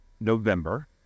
November